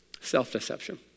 Self-deception